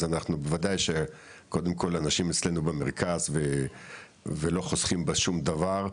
אז אנחנו בוודאי שקודם כל אנשים אצלנו במרכז ולא חוסכים בשום דבר.